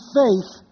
faith